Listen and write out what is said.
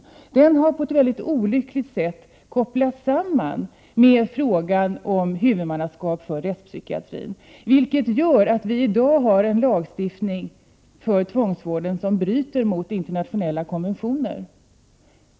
Tvångsvården har på ett olyckligt sätt kopplats samman med huvudmannaskapet för rättspsykiatrin, vilket gör att vi i dag har en lagstiftning för tvångsvården som bryter mot internationella konventioner.